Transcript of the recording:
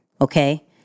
okay